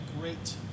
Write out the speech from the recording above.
great